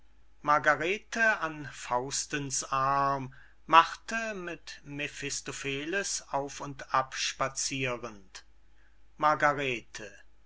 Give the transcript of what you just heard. margarete an faustens arm marthe mit mephistopheles auf und ab spazirend margarete